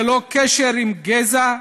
ללא קשר לגזע,